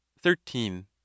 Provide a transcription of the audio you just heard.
thirteen